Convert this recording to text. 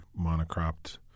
monocropped